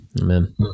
Amen